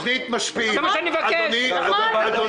נבקש שבתוך ארבעה